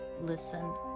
listen